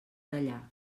tallar